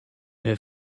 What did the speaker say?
her